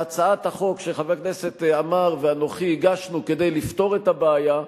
והצעת החוק שחבר הכנסת עמאר ואנוכי הגשנו היא כדי לפתור את הבעיה,